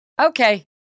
Okay